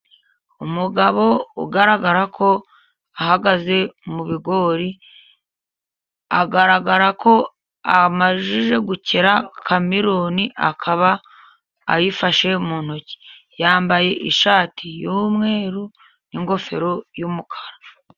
Umugabo ugaragara ko ahagaze mu bigori, agaragara ko amajije gukera kameroni akaba ayifashe mu ntoki, yambaye ishati yu'mweru n'ingofero y'umukara.